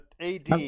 AD